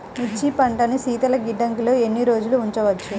మిర్చి పంటను శీతల గిడ్డంగిలో ఎన్ని రోజులు ఉంచవచ్చు?